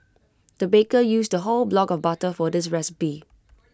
the baker used A whole block of butter for this recipe